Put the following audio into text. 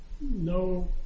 no